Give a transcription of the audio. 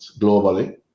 globally